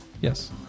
yes